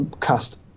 cast